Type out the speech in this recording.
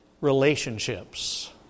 relationships